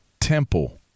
Temple